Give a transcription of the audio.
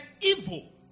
evil